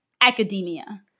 academia